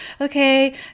okay